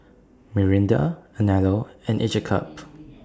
Mirinda Anello and Each A Cup